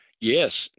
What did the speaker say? yes